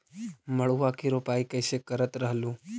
मड़उआ की रोपाई कैसे करत रहलू?